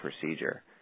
procedure